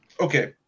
okay